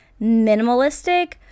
minimalistic